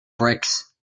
bricks